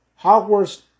Hogwarts